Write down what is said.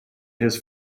his